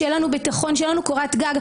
שיהיה לנו ביטחון וקורת גג,